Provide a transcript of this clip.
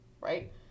right